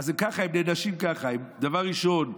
אז אם ככה, הם נענשים ככה: דבר ראשון,